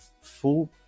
full